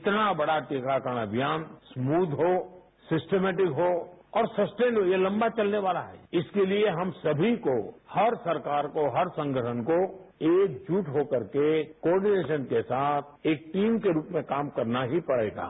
इतना बड़ा टीकाकरण अभियान ैउववजी हो ैलेजमउंजपब हो और ैनेजंपदमक हो ये लंबा चलने वाला है इसके लिए हम सभी को हर सरकार को हर संगठन को एकजुट हो करके बववतकपदंजपवद के साथ एक टीम के रूप में काम करना ही पडेगा